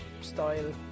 style